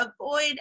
avoid